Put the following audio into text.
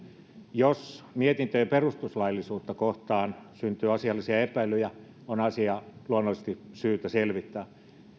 jos mietintöjen perustuslaillisuutta kohtaan syntyy asiallisia epäilyjä on asia luonnollisesti syytä selvittää